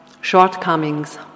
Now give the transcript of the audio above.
shortcomings